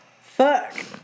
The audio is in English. Fuck